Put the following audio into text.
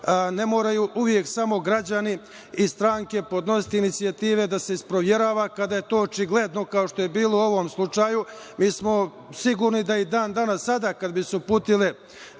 Ne moraju uvek samo građani i strane podnositi inicijative da se isproverava kada je očigledno kao što je to bilo u ovom slučaju. Mi smo sigurni da i dan-danas sada kada bi se uputile